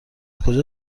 کجا